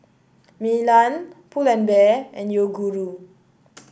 Milan Pull and Bear and Yoguru